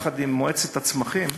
יחד עם מועצת הצמחים,